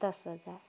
दस हजार